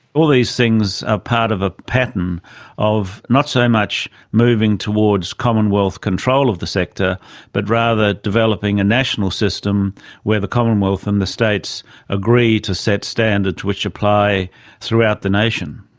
all these things are ah part of a pattern of not so much moving towards commonwealth control of the sector but rather developing a national system where the commonwealth and the states agree to set standards which apply throughout the nation.